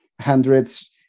hundreds